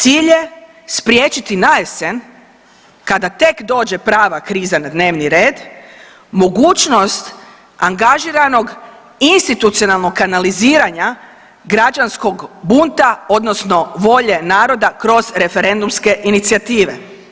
Cilj je spriječiti na jesen kada tek dođe prava kriza na dnevni red mogućnost angažiranog institucionalnog kanaliziranja građanskog bunta odnosno volje naroda kroz referendumske inicijative.